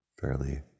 fairly